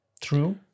True